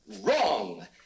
wrong